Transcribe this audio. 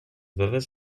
dades